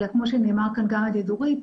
אלא כמו שנאמר כאן גם על ידי דורית,